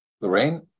Lorraine